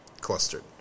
clustered